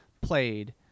played